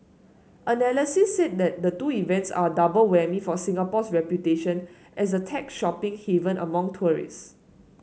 analysts said the two events are double whammy for Singapore's reputation as a tech shopping haven among tourist